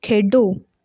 ਖੇਡੋ